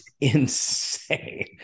insane